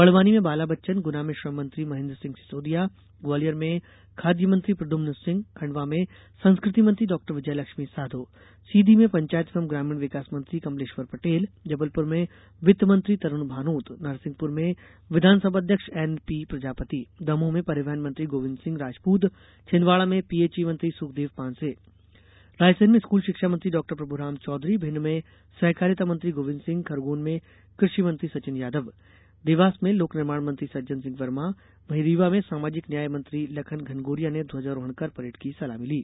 बड़वानी में बाला बच्चन गुना में श्रम मंत्री महेन्द्र सिंह सिसौदिया ग्वालियर में खाद्य मंत्री प्रद्युम्न सिंह खंडवा में संस्कृति मंत्री डाक्टर विजयलक्ष्मी साधो सीधी में पंचायत एवं ग्रामीण विकास मंत्री कमलेश्वर पटेल जबलपुर में वित्त मंत्री तरूण भानोत नरसिंहपुर में विधानसभा अध्यक्ष एनपी प्रजापति दमोह में परिवहन मंत्री गोविन्द सिंह राजपूत छिदवाड़ा में पीएचई मंत्री सुखदेव पांसे रायसेन में स्कूल शिक्षा मंत्री डाक्टर प्रभुराम चौधरी भिंड में सहकारिता मंत्री गोविन्द सिंह खरगौन में कृषि मंत्री सचिन यादव देवास में लोकनिर्माण मंत्री सज्जन सिंह वर्मा रीवा में सामाजिक न्याय मंत्री लखन घनघोरिया ने ध्वजारोहण कर परेड की सलामी ली